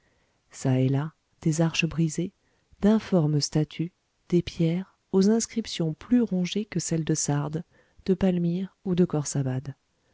çà et là des arches brisées d'informes statues des pierres aux inscriptions plus rongées que celles de sardes de palmyre ou de